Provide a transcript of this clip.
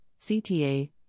CTA